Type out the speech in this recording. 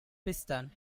pistol